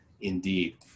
Indeed